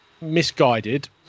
Misguided